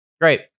Great